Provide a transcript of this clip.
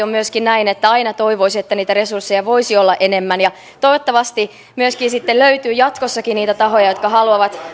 on myöskin näin että aina toivoisi että niitä resursseja voisi olla enemmän toivottavasti myöskin sitten löytyy jatkossakin valtion lisäksi niitä tahoja jotka haluavat